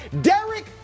Derek